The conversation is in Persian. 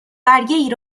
برگهای